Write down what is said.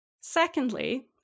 Secondly